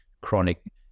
chronic